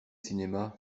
cinéma